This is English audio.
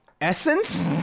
essence